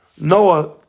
Noah